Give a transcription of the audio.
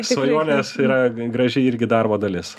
svajonės yra graži irgi darbo dalis